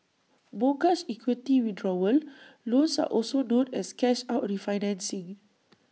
mortgage equity withdrawal loans are also known as cash out refinancing